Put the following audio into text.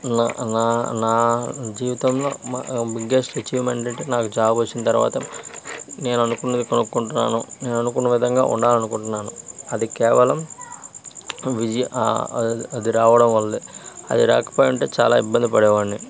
నా నా నా జీవితంలో బిగ్గెస్ట్ అచీవ్మెంట్ అంటే నాకు జాబ్ వచ్చిన తర్వాత నేను అనుకున్నది కొనుక్కుంటున్నాను నేను అనుకున్న విధంగా ఉండాలనుకుంటున్నాను అది కేవలం విజయ ఆ ఆ అది రావడం వల్లే అది రాకపోయుంటే చాలా ఇబ్బంది పడేవాడిని